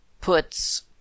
puts